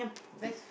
best